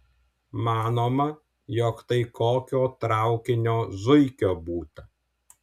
manoma jog tai kokio traukinio zuikio būta